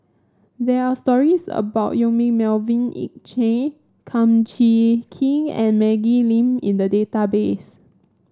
there are stories about Yong Melvin Yik Chye Kum Chee Kin and Maggie Lim in the database